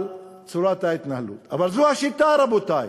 על צורת ההתנהלות, אבל זו השיטה, רבותי,